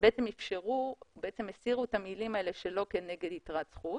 בעצם הסירו את המילים האלה "שלא נגד יתרת זכות"